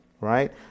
right